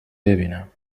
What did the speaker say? ببینم